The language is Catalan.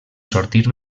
sortir